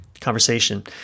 conversation